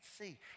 see